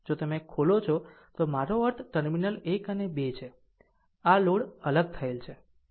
જો તમે આ ખોલો છો તો મારો અર્થ ટર્મિનલ 1 અને 2 છે આ લોડ અલગ થયેલ છે